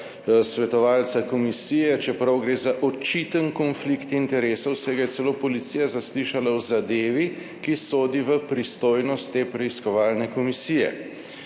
svetovalca komisije, čeprav gre za očiten konflikt interesov, saj ga je celo policija zaslišala v zadevi, ki sodi v pristojnost te preiskovalne komisije,